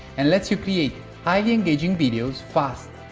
and lets you create highly engaging videos fast.